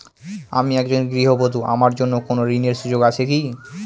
আমি একজন গৃহবধূ আমার জন্য কোন ঋণের সুযোগ আছে কি?